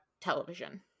television